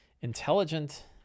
intelligent